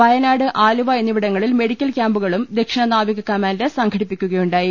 വയനാട് ആലുവ എന്നിവിടങ്ങളിൽ മെഡിക്കൽ ക്യാമ്പുകളും ദക്ഷിണ നാവിക കമാൻഡ് സംഘടിപ്പിക്കുകയുണ്ടായി